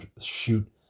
shoot